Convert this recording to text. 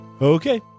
Okay